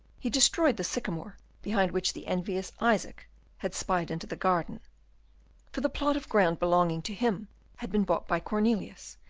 he destroyed the sycamore behind which the envious isaac had spied into the garden for the plot of ground belonging to him had been bought by cornelius,